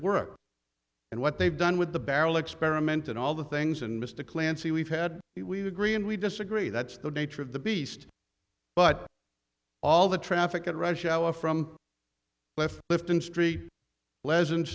work and what they've done with the barrel experiment and all the things and mr clancy we've had we've agree and we disagree that's the nature of the beast but all the traffic at rush hour from lifton's tree le